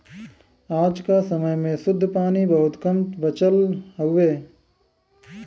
आज क समय में शुद्ध पानी बहुत कम बचल हउवे